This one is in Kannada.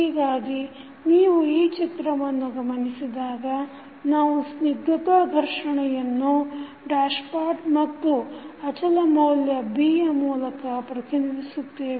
ಹೀಗಾಗಿ ನೀವು ಈ ಚಿತ್ರವನ್ನು ಗಮನಿಸಿದಾಗ ನಾವು ಸ್ನಿಗ್ಧತಾ ಘರ್ಷಣೆಯನ್ನು ಡ್ಯಾಶ್ಪಾಟ್ ಮತ್ತು ಅಚಲ ಮೌಲ್ಯ Bಯ ಮೂಲಕ ಪ್ರತಿನಿಧಿಸುತ್ತೇವೆ